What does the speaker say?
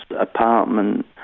apartment